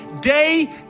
day